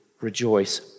rejoice